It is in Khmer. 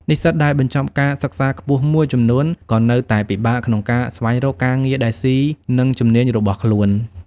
និស្សិតដែលបញ្ចប់ការសិក្សាខ្ពស់មួយចំនួនក៏នៅតែពិបាកក្នុងការស្វែងរកការងារដែលស៊ីនឹងជំនាញរបស់ខ្លួន។